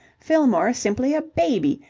fillmore's simply a baby,